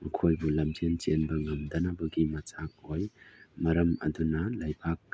ꯃꯈꯣꯏꯕꯨ ꯂꯝꯖꯦꯟ ꯆꯦꯟꯕ ꯉꯝꯗꯅꯕꯒꯤ ꯃꯆꯥꯛ ꯑꯣꯏ ꯃꯔꯝ ꯑꯗꯨꯅ ꯂꯩꯕꯥꯛ